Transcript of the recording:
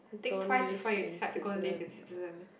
think twice before you decide to go live in Switzerland